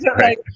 right